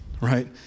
right